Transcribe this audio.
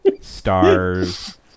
stars